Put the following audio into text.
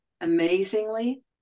amazingly